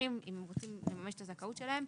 רוצים לממש את הזכאות שלהם,